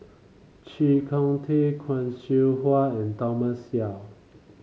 Chee Kong Tet Khoo Seow Hwa and Thomas Yeo